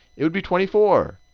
it would be twenty four.